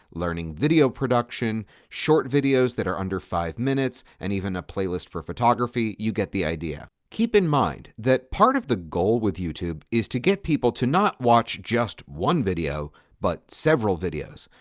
learning video production, short videos that are under five minutes, and even a playlist for photography. you get the idea. keep in mind that part of the goal of youtube is to get people to not watch just one video but several videos.